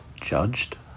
judged